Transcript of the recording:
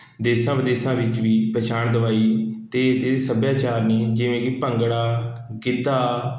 ਦੇਸਾਂ ਵਿਦੇਸਾਂ ਵਿੱਚ ਵੀ ਪਹਿਚਾਣ ਦਵਾਈ ਅਤੇ ਇੱਥੇ ਦੇ ਸੱਭਿਆਚਾਰ ਨੇ ਜਿਵੇਂ ਕਿ ਭੰਗੜਾ ਗਿੱਧਾ